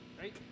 Right